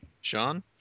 sean